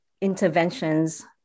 interventions